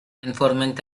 enforcement